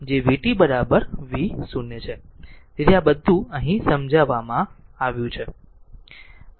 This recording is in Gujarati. તેથી આ બધું અહીં સમજાવવામાં આવ્યું છે